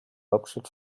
hauptstadt